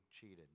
cheated